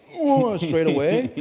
oh straight away.